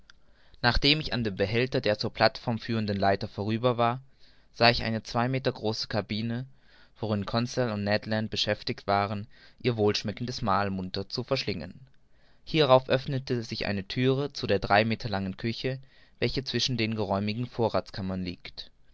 nachdem ich an dem behälter der zur plateform führenden leiter vorüber war sah ich eine zwei meter große cabine worin conseil und ned land beschäftigt waren ihr wohlschmeckendes mahl munter zu verschlingen hierauf öffnete sich eine thüre zu der drei meter langen küche welche zwischen den geräumigen vorrathskammern liegt